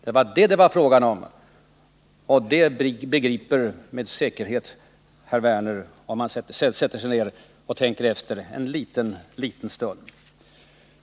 Det var vad det var fråga om, och det begriper med säkerhet Lars Werner, om han sätter sig ner och tänker efter en liten, liten stund.